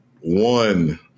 one